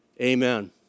amen